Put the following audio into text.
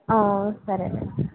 సరేనండి